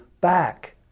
back